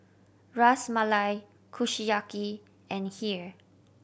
Ras Malai Kushiyaki and Kheer